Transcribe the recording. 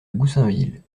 goussainville